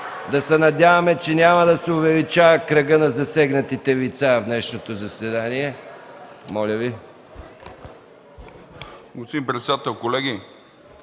Да се надяваме, че няма да се увеличава кръгът на засегнатите лица в днешното заседание. Господин